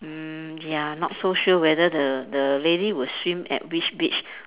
mm ya not so sure whether the the lady will swim at which beach